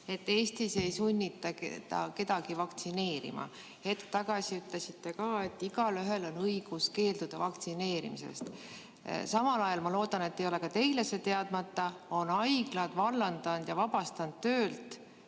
et Eestis ei sunnita kedagi vaktsineerima. Hetk tagasi ütlesite ka, et igaühel on õigus keelduda vaktsineerimisest. Samal ajal, ma loodan, et ei ole ka teile see teadmata, on haiglad vallandanud ja vabastanud töölt